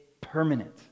permanent